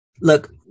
look